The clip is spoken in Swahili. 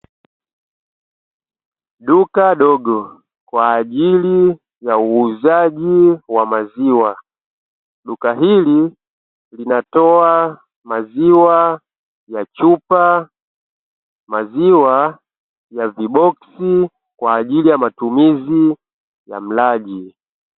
Duka dogo kwa ajili ya uuzaji wa maziwa. Duka hili linatoa maziwa ya chupa, maziwa ya viboksi kwa ajili ya matumizi ya mlaji.